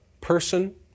person